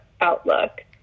outlook